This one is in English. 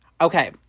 Okay